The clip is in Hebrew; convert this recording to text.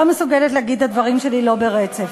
אני לא מסוגלת להגיד את הדברים שלי לא ברצף.